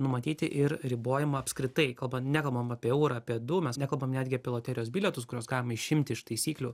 numatyti ir ribojimą apskritai kalbant nekalbam apie eurą apie du mes nekalbam netgi apie loterijos bilietus kuriuos galim išimti iš taisyklių